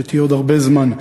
שתהיה עוד הרבה זמן.